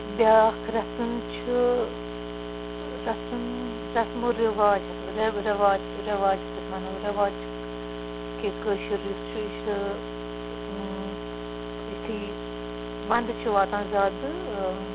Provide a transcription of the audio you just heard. بیاکھ رسم چھُ رسم رسم و رواج یَتھ رواج رواج یَتھ أسۍ وَنو رِواج کہ کٲشُر یُس چھُ یہِ چھُ یِتھُے وَنٛدٕ چھُ واتان زیادٕ